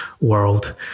world